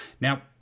Now